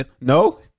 no